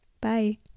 Bye